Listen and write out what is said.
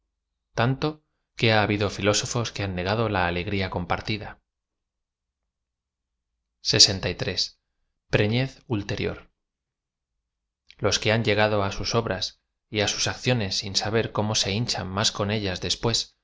tanto que ha habido filósofos que han negado la alegría compartida ulterior o que han llegado á sus obras y á sus acciones sin saber cómo se hinchan más con ellas después